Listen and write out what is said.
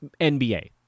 NBA